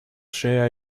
share